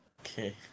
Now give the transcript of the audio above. Okay